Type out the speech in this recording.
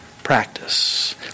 Practice